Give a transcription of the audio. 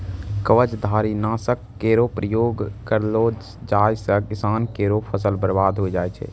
कवचधारी? नासक केरो प्रयोग करलो जाय सँ किसान केरो फसल बर्बाद होय जाय छै